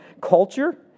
culture